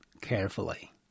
carefully